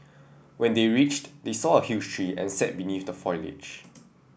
when they reached they saw a huge tree and sat beneath the foliage